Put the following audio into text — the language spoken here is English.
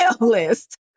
list